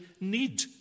need